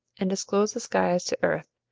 and disclose the skies to earth,